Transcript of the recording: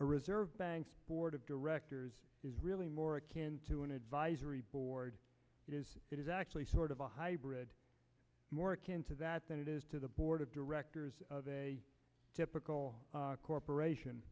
a reserve bank board of directors is really more akin to an advisory board is it is actually sort of a hybrid more akin to that than it is to the board of directors of a typical corporation